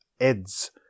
eds